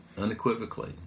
unequivocally